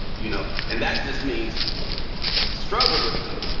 you know? and that just means we struggle with them.